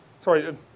Sorry